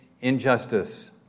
injustice